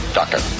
doctor